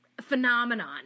phenomenon